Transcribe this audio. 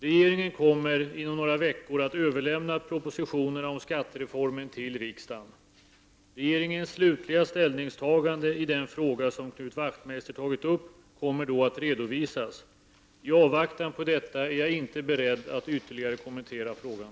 Regeringen kommer inom några veckor att överlämna propositionerna om skattereformen till riksdagen. Regeringens slutliga ställningstagande i den fråga som Knut Wachtmeister tagit upp kommer då att redovisas. I avvaktan på detta är jag inte beredd att ytterligare kommentera frågan.